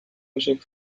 music